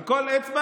על כל אצבע,